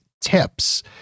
tips